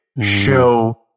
show